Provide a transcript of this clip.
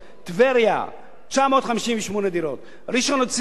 958 דירות, ראשון-לציון, 902 דירות.